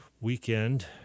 weekend